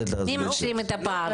מי משלים את הפער?